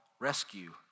Rescue